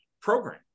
program